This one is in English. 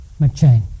McChain